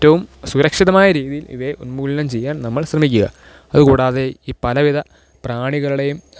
ഏറ്റവും സുരക്ഷിതമായ രീതിയില് ഇവയെ ഉന്മൂലനം ചെയ്യാന് നമ്മള് ശ്രമിക്കുക അതുകൂടാതെ ഈ പലവിധ പ്രാണികളുടെയും